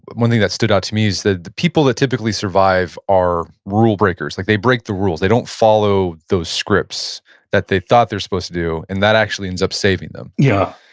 but one thing that stood out to me is the the people that typically survive are rule breakers. like they break the rules. they don't follow those scripts that they thought they were supposed to do and that actually ends up saving them yeah.